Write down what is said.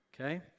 okay